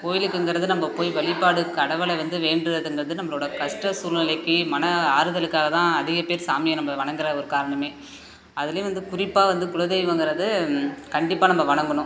கோவிலுக்குங்கிறது நம்ம போய் வழிப்பாடு கடவுளை வந்து வேண்டுறதுங்கிறது நம்மளோட கஷ்ட சூழ்நிலைக்கி மன ஆறுதலுக்காக தான் அதிக பேர் சாமியை நம்ம வணங்கிற ஒரு காரணமே அதுலேயும் வந்து குறிப்பாக வந்து குலதெய்வம்ங்கிறது கண்டிப்பாக நம்ம வணங்கணும்